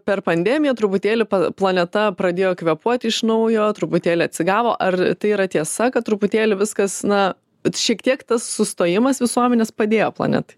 per pandemiją truputėlį planeta pradėjo kvėpuoti iš naujo truputėlį atsigavo ar tai yra tiesa kad truputėlį viskas na bet šiek tiek tas sustojimas visuomenės padėjo planetai